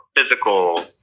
physical